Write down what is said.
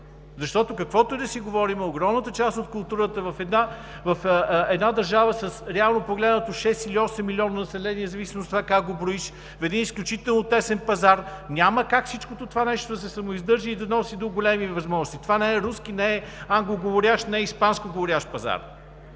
Защото, каквото и да си говорим, огромната част от културата в една държава, реално погледнато с шест или осеммилионно население, в зависимост от това как го броиш, в един изключително тесен пазар, няма как всичкото това нещо да се самоиздържа и да носи до големи възможности. Това не е руски, това не е англоговорящ, не е испанскоговорящ пазар.